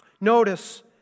Notice